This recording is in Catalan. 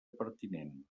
pertinent